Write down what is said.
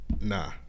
Nah